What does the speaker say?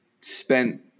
spent